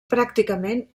pràcticament